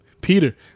Peter